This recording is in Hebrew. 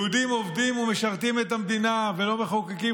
יהודים עובדים ומשרתים את המדינה ולא מחוקקים